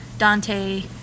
Dante